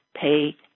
pay